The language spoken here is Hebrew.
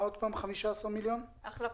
תכף